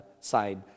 side